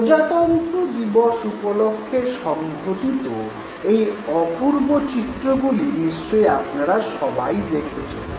প্রজাতন্ত্র দিবস উপলক্ষে সংঘটিত এই অপূর্ব চিত্রগুলি নিশ্চয়ই আপনারা সবাই দেখেছেন